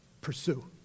Pursue